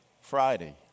friday